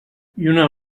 lluna